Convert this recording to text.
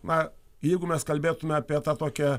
na jeigu mes kalbėtume apie tą tokia